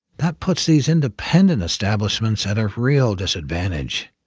that puts these independent establishments at a real disadvantage.